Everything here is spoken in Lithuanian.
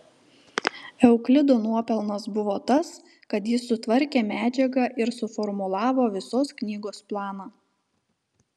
euklido nuopelnas buvo tas kad jis sutvarkė medžiagą ir suformulavo visos knygos planą